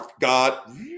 God